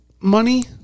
money